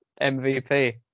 MVP